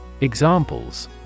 Examples